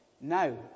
Now